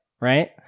right